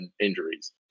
injuries